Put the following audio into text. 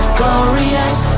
glorious